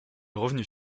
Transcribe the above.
revenus